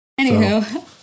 anywho